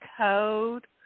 code